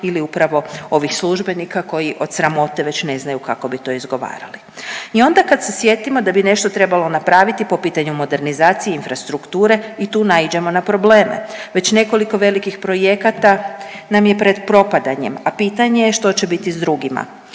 ili upravo ovih službenika koji od sramote već ne znaju kako bi to izgovarali. I onda kad se sjetimo da bi nešto trebalo napraviti po pitanju modernizacije i infrastrukture i tu naiđemo na probleme. Već nekoliko velikih projekata nam je pred propadanjem, a pitanje je što će biti s drugima,